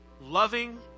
loving